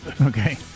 Okay